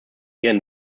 ihren